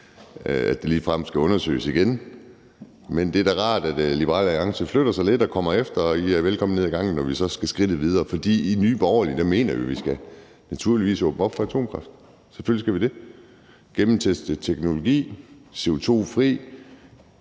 at det ligefrem skal undersøges igen, men det er da rart, at Liberal Alliance flytter sig lidt og kommer efter det, og I er velkomne nede ad gangen, når vi så skal skridtet videre. For i Nye Borgerlige mener vi, at vi naturligvis skal åbne op for atomkraft – selvfølgelig skal vi det. Det er en gennemtestet teknologi, det er